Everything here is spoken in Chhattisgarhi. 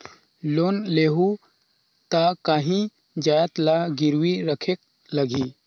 लोन लेहूं ता काहीं जाएत ला गिरवी रखेक लगही?